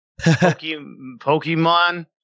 Pokemon